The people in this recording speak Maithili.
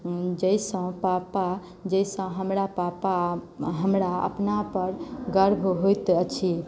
जाहिसँ पापा जाहिसँ हमरा पापा हमरा अपनापर गर्व होइत अछि